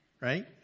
right